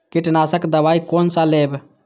कीट नाशक दवाई कोन सा लेब?